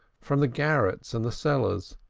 from the garrets and the cellars,